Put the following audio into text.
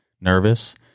nervous